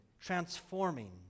transforming